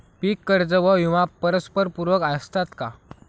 पीक कर्ज व विमा परस्परपूरक असतात का?